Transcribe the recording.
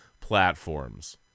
platforms